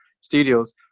studios